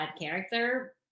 character